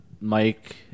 Mike